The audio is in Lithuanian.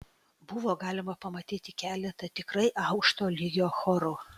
buvo galima pamatyti keletą tikrai aukšto lygio chorų